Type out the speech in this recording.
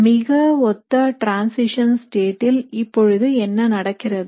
மிக ஒத்த transition state ல் இப்பொழுது என்ன நடக்கிறது